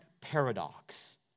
paradox